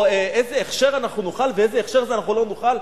איזה הכשר אנחנו נאכל ובאיזה הכשר אנחנו לא נאכל?